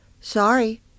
Sorry